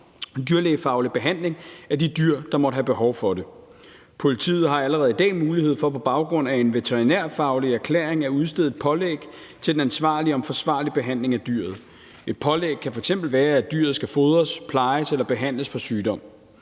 dyrlægefaglig behandling af de dyr, der måtte have behov for det. Politiet har allerede i dag mulighed for på baggrund af en veterinærfaglig erklæring at udstede et pålæg til den ansvarlige om forsvarlig behandling af dyret. Et pålæg kan f.eks. være, at dyret skal fodres, plejes eller behandles for sygdom.